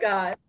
God